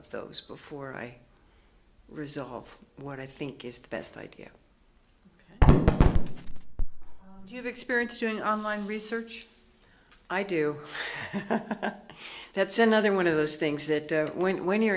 of those before i result of what i think is the best idea you have experience doing online research i do that's another one of those things that when when you're